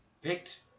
picked